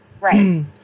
Right